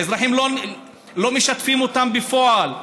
האזרחים, לא משתפים אותם בפועל.